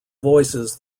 voices